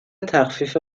تخفیف